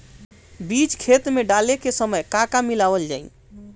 बीज खेत मे डाले के सामय का का मिलावल जाई?